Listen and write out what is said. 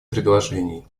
предложений